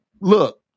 look